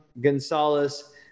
Gonzalez